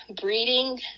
breeding